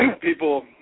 people